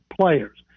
players